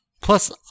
Plus